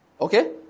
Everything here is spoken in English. okay